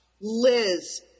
Liz